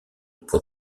pour